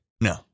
No